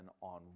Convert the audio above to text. on